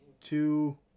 two